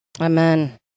Amen